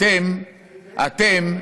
אתם,